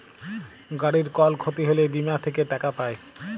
গাড়ির কল ক্ষতি হ্যলে বীমা থেক্যে টাকা পায়